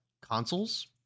consoles